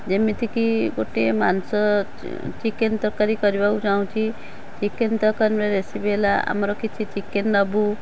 ଯେମିତିକି ଗୋଟେ ମାଂସ ଚିକେନ୍ ତର୍କାରୀ କରିବାକୁ ଚାହୁଁଛି ଚିକେନ୍ ତର୍କାରୀର ରେସିପି ହେଲା ଆମର କିଛି ଚିକେନ୍ ନେବୁ